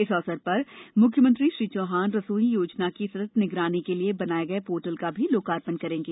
इस अवसर पर मुख्यमंत्री श्री चौहान रसोई योजना की सतत निगरानी के लिए बनाये गये पोर्टल का भी लोकार्पण करेंगे